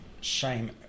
shame